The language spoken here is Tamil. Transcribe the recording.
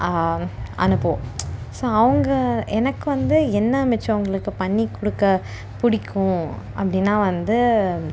அனுப்புவோம் ஸோ அவங்க எனக்கு வந்து என்ன மிச்சோம் அவங்களுக்கு பண்ணி கொடுக்க பிடிக்கும் அப்படின்னா வந்து